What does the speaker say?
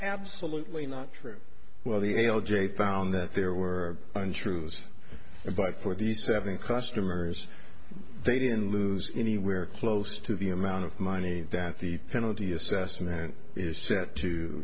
absolutely not true well the l j found that there were untruths but for these seven customers they didn't lose anywhere close to the amount of money that the penalty assessment is set to